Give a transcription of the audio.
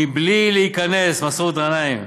בלי להיכנס, מסעוד גנאים,